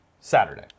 Saturday